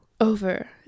over